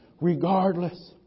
Regardless